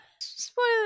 Spoiler